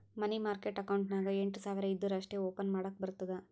ಮನಿ market account ನಾಗ್ ಎಂಟ್ ಸಾವಿರ್ ಇದ್ದೂರ ಅಷ್ಟೇ ಓಪನ್ ಮಾಡಕ್ ಬರ್ತುದ